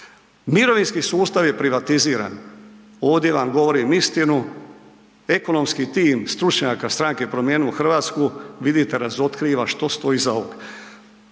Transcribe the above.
mirovinski sustav je privatiziran, ovdje vam govorim istinu. Ekonomski tim stručnjaka stranke Promijenimo Hrvatsku vidite razotkriva što stoji iza ovog.